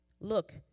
Look